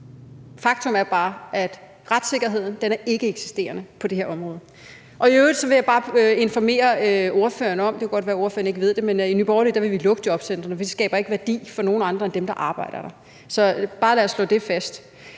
Faktum er bare, at retssikkerheden er ikkeeksisterende på det her område. I øvrigt vil jeg bare informere ordføreren om – det kunne godt være, ordføreren ikke ved det – at i Nye Borgerlige vil vi lukke jobcentrene. De skaber ikke værdi for nogen andre end dem, der arbejder der. Så lad os bare slå det fast.